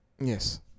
Yes